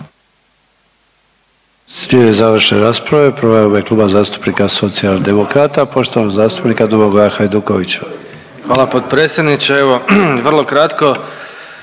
Hvala potpredsjedniče.